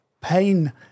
pain